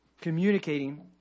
communicating